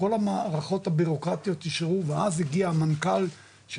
כל המערכות הבירוקרטיות אישרו ואז הגיע המנכ"ל של